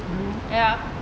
ya